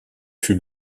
fut